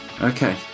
Okay